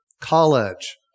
college